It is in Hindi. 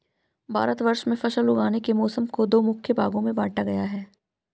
भारतवर्ष में फसल उगाने के मौसम को दो मुख्य भागों में बांटा गया है